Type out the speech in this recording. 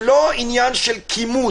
זה לא עניין של כימות.